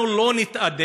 אנחנו לא נתאדה.